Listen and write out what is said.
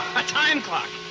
a time clock!